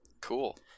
Cool